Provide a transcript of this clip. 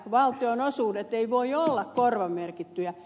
valtionosuudet eivät voi olla korvamerkittyjä